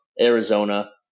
Arizona